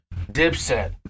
Dipset